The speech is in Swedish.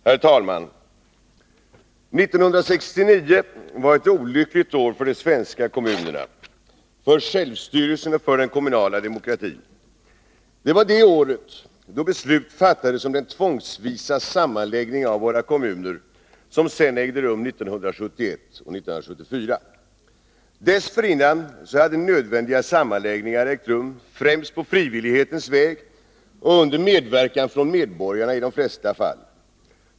Herr talman! 1969 var ett olyckligt år för de svenska kommunerna, för självstyrelsen och för den kommunala demokratin. Det var det år då beslut fattades om den tvångsvisa sammanläggning av våra kommuner som sedan ägde rum 1971 och 1974. Dessförinnan hade nödvändiga sammanläggningar ägt rum, främst på frivillighetens väg och under medverkan från medborgarna i de flesta fall.